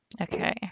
Okay